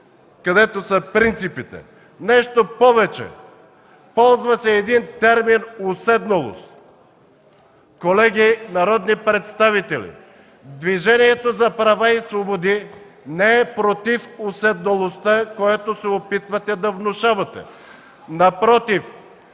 където са принципите! Нещо повече, ползва се един термин – „уседналост”. Колеги народни представители, Движението за права и свободи не е против уседналостта, което се опитвате да внушавате! Напротив,